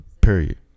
Period